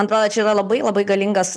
man atrodo čia yra labai labai galingas